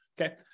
Okay